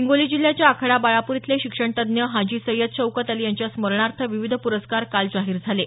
हिंगोली जिल्ह्याच्या आखाडा बाळापूर इथले शिक्षणतज्ज्ञ हाजी सय्यद शौकत अली यांच्या स्मरणार्थ विविध पुरस्कार जाहीर झाले आहेत